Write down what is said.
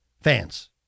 fans